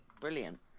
brilliant